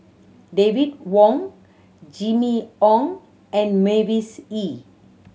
David Wong Jimmy Ong and Mavis Hee